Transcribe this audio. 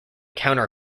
counter